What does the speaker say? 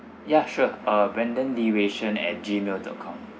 ya sure uh brandon lee wei shen at gmail dot com